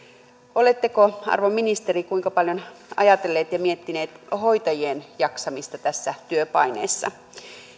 oletteko arvon ministeri kuinka paljon ajatelleet ja miettineet hoitajien jaksamista tässä työpaineessa